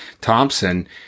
Thompson